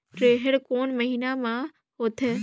रेहेण कोन महीना म होथे?